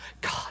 God